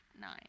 nine